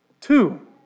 Two